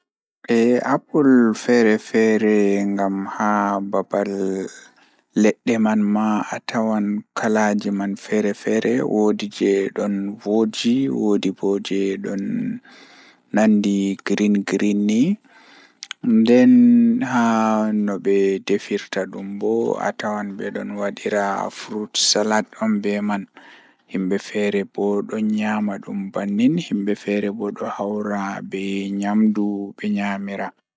Miyiɗi batday am laata miɗon wondi be sobiraaɓe am miɗon wondi be iyaalu am Miɗo yiɗi waylude kaɗɗo e mawniraaɓe e yimɓe woɗɓe nguurndam. Miɗo waawi waɗde koƴƴe e teelnde, ko waɗi cuɓoraaji ngal ngam mi yiɗi heɓɓude jokkondirde e jemmaaji.